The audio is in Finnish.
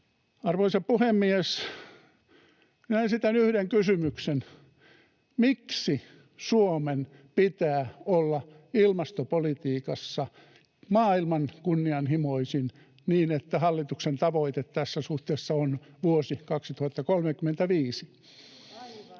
Arvoisa puhemies! Minä esitän yhden kysymyksen: Miksi Suomen pitää olla ilmastopolitiikassa maailman kunnianhimoisin, niin että hallituksen tavoite tässä suhteessa on vuosi 2035? Miksi?